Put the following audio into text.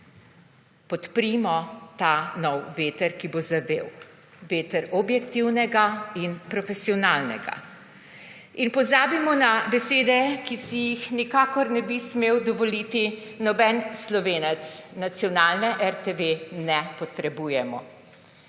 Podprimo ta novi veter, ki bo zavel, veter objektivnega in profesionalnega, in pozabimo na besede, ki si jih nikakor ne bi smel dovoliti noben Slovenec, nacionalne RTV ne potrebujemo.